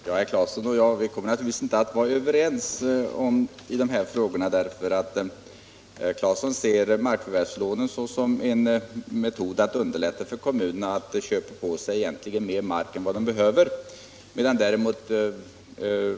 Herr talman! Herr Claeson och jag kommer inte att kunna bli överens i de här frågorna, därför att herr Claeson ser markförvärvslånen som en metod för att underlätta för kommunerna att köpa mer mark än de egentligen behöver.